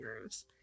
rooms